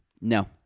No